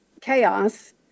chaos